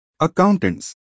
accountants